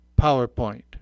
PowerPoint